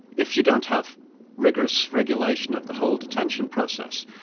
if you don't have rigorous regulation of the whole detention process,